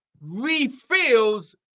refills